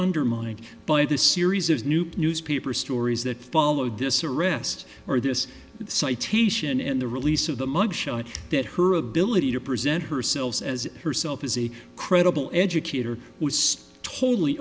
undermined by the series of snoops newspaper stories that followed this arrest or this citation and the release of the mug shots that her ability to present herself as herself is a credible educator was totally